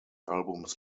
albums